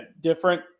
different